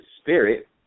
spirit